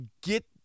get